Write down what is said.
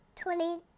Twenty-